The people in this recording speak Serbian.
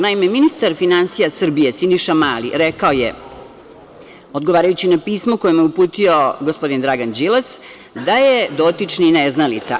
Naime, ministar finansija Srbije, Siniša Mali je rekao, odgovarajući na pismo koje mu je uputio gospodin Dragan Đilas, da je dotični neznalica.